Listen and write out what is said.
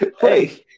Hey